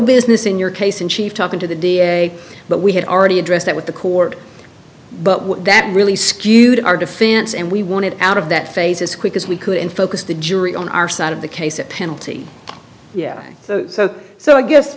business in your case in chief talking to the d a but we had already addressed it with the court but that really skewed our defense and we wanted out of that phase as quick as we could and focused the jury on our side of the case at penalty yeah so i guess